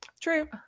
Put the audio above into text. True